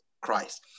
Christ